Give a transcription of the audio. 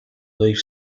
leaf